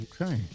Okay